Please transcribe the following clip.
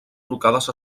trucades